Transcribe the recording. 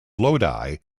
lodi